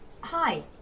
Hi